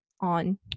on